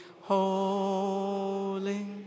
holy